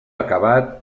acabat